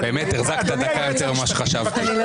באמת החזקת דקה יותר ממה שחשבתי.